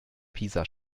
pisa